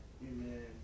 Amen